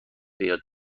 بیاد